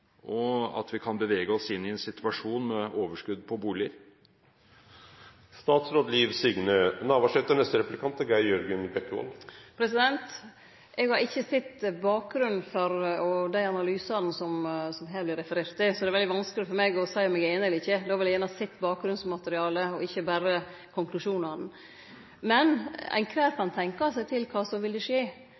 – at vi kan bevege oss inn i en situasjon med overskudd på boliger? Eg har ikkje sett bakgrunnen for dei analysane som det her vert referert til, så det er vanskeleg for meg å seie meg einig eller ikkje. Eg ville gjerne ha sett bakgrunnsmaterialet, ikkje berre konklusjonane. Men kvar og ein kan tenkje seg til kva som ville skje viss den finanskrisa me ser i Europa, slår inn over Noreg for fullt. Det